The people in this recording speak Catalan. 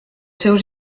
seus